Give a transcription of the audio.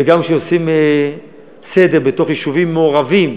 וגם כשעושים סדר בתוך יישובים מעורבים,